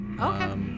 okay